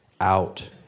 out